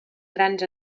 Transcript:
grans